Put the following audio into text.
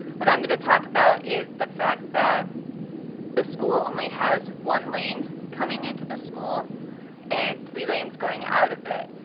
what i'm going to talk about is the fact that the school only has one lane coming into the school and three lanes going out of it,